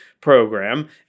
program